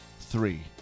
three